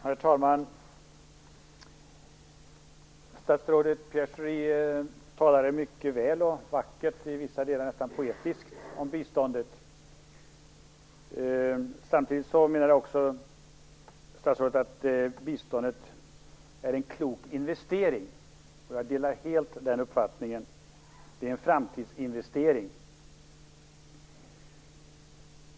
Herr talman! Statsrådet Pierre Schori talade mycket väl och vackert, i vissa delar nästan poetiskt, om biståndet. Samtidigt menade också statsrådet att biståndet är en klok investering. Jag delar helt den uppfattningen. Det är en framtidsinvestering.